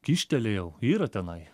kyštelėjau yra tenai